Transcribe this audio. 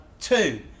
two